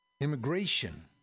immigration